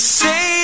say